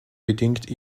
bedingt